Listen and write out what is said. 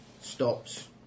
stops